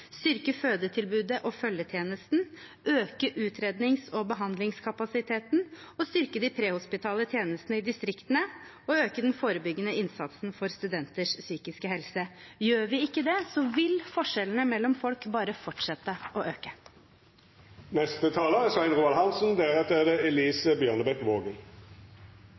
styrke fødetilbudet og følgetjenesten, øke utrednings- og behandlingskapasiteten, styrke de prehospitale tjenestene i distriktene og øke den forebyggende innsatsen for studenters psykiske helse. Gjør vi ikke det, vil forskjellene mellom folk bare fortsette å øke. Noe av det viktigste den økonomiske politikken skal bidra til, er